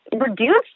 reduce